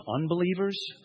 unbelievers